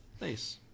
nice